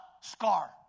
Scar